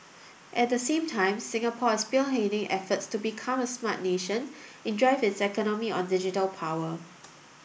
at the same time Singapore is spearheading efforts to become a smart nation and drive its economy on digital power